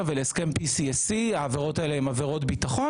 ולהסכם PCSC. העבירות האלה הן עבירות ביטחון,